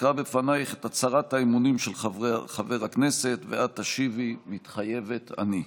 אקרא בפנייך את הצהרת האמונים של חבר הכנסת ואת תשיבי: "מתחייבת אני".